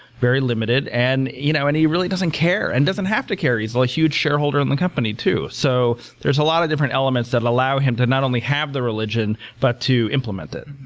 very limited. and you know and he really doesn't care and doesn't have to care. he's a huge shareholder in the company, too. so there're a lot of different elements that allow him to not only have the religion but to implement it.